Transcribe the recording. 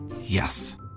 Yes